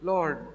Lord